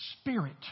Spirit